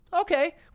Okay